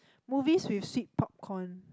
movies with sweet pop corn